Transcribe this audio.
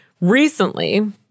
Recently